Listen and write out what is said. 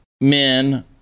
men